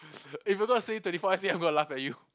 if you not saying twenty four essay I'm going to laugh at you